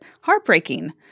heartbreaking